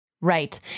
Right